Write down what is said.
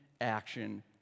action